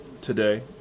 today